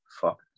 Fuck